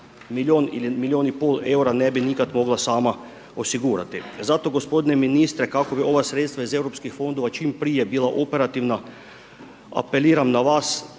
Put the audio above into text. milijun ili milijun i pol eura ne bi nikad mogla sama osigurati. Zato g. ministre, kako bi ova sredstva iz europskih fondova čim prije bila operativna, apeliram na vas,